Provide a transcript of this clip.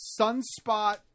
Sunspot